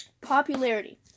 popularity